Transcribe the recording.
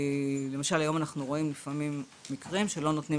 למשל היום אנחנו רואים לפעמים מקרים שלא נותנים